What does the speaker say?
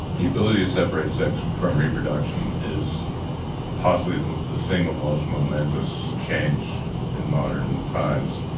the ability to separate sex from reproduction is possibly the the single most momentous change in modern times.